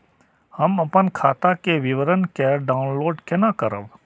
हम अपन खाता के विवरण के डाउनलोड केना करब?